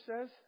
says